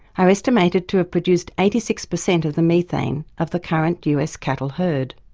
are estimated to have produced eighty six percent of the methane of the current us cattle herd.